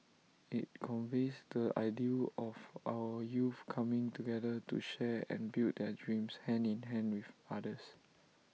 IT conveys the ideal of our youth coming together to share and build their dreams hand in hand with others